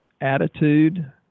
attitude